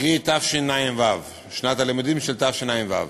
קרי שנת הלימודים תשע"ו,